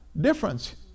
difference